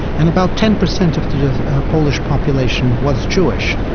and about ten percent of the polish population was jewish.